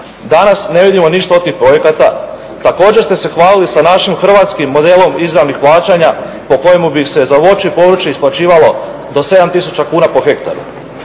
Danas ne vidimo ništa od tih projekata. Također ste se hvalili sa našim hrvatskim modelom izravnih plaćanja po kojemu bi se za voće i povrće isplaćivalo do 7000 kuna po hektaru.